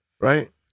right